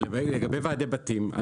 אבל לגבי ועדי בתים,